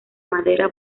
madera